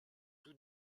tout